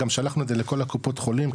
גם שלחנו את זה לכל הקופות חולים,